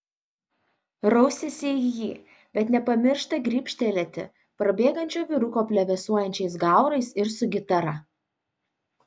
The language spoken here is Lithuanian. rausiasi į jį bet nepamiršta gribštelėti prabėgančio vyruko plevėsuojančiais gaurais ir su gitara